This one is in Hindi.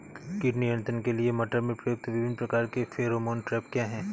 कीट नियंत्रण के लिए मटर में प्रयुक्त विभिन्न प्रकार के फेरोमोन ट्रैप क्या है?